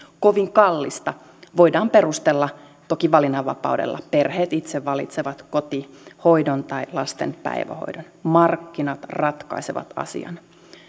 kovin kallista voidaan perustella toki valinnanvapaudella perheet itse valitsevat kotihoidon tai lasten päivähoidon markkinat ratkaisevat asian